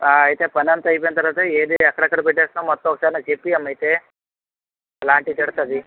ఆ అయితే పనంతా అయిపోయిన తర్వాత ఏది ఎక్కడ ఎక్కడ పెట్టేస్తున్నావో మొత్తం ఒకసారి నాకు చెప్పేయమ్మా అయితే మళ్ళా ఆంటీ తిడుతుంది